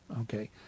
okay